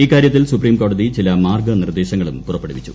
ഇക്കാര്യത്തിൽ സുപ്രീംകോടതി ചില മാർഗനിർദ്ദേശങ്ങളും പുറപ്പെടുവിച്ചു